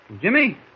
Jimmy